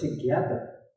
together